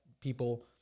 people